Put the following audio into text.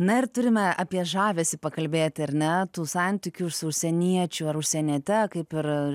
na ir turime apie žavesį pakalbėti ar ne tų santykių su užsieniečiu ar užsieniete kaip ir